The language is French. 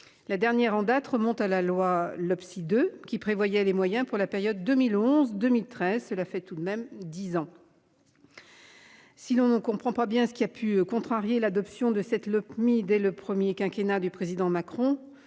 La dernière en date remonte à la loi Loppsi 2 qui prévoyait les moyens pour la période 2011 2013, c'est la fête tout de même 10 ans. Si l'on ne comprend pas bien ce qui a pu contrarier l'adoption de cette le dès le premier quinquennat du président Macron.